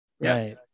right